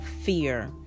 fear